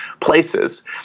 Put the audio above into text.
places